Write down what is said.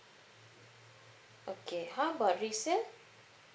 okay how about resale